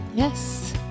Yes